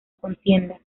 contienda